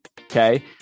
okay